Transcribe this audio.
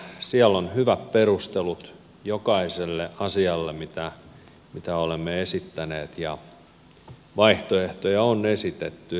siellä on hyvät perustelut jokaiselle asialle mitä olemme esittäneet ja vaihtoehtoja on esitetty